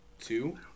Two